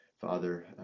Father